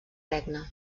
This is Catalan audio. regne